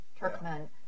Turkmen